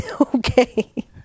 okay